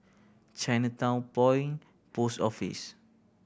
Chinatown Point Post Office